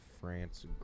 France